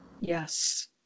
Yes